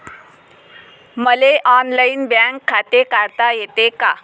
मले online bank खाते काढता येते का?